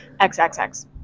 XXX